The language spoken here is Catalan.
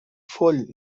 foll